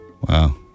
Wow